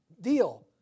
deal